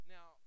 Now